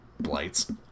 blights